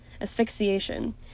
asphyxiation